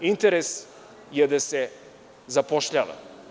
Interes je da se zapošljava.